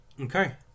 Okay